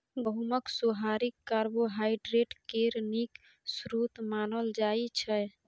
गहुँमक सोहारी कार्बोहाइड्रेट केर नीक स्रोत मानल जाइ छै